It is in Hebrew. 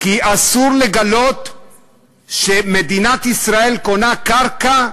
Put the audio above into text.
כי אסור לגלות שמדינת ישראל קונה קרקע,